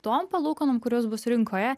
tom palūkanom kurios bus rinkoje